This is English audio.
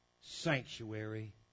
sanctuary